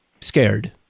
scared